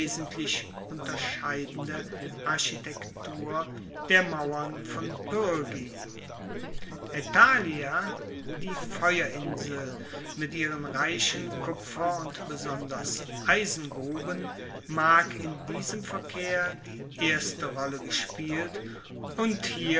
unterscheidende architektur der mauern von pyrgi aethalia die feuerinsel mit ihren reichen kupfer und besonders eisengruben mag in diesem verkehr die erste rolle gespielt und